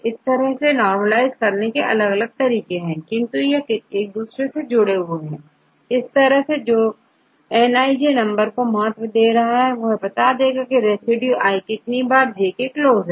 इस तरह से normalize करने के अलग अलग तरीके हैं किंतु यह एक दूसरे से जुड़े हुए हैं इस तरह जो Nij नंबर को महत्व दे रहा है तो यह बता देगा की रेसिड्यू iकितनी बार jके क्लोज है